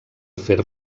fer